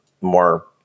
more